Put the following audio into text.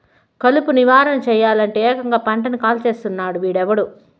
కలుపు నివారణ సెయ్యలంటే, ఏకంగా పంటని కాల్చేస్తున్నాడు వీడెవ్వడు